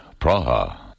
Praha